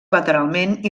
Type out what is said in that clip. lateralment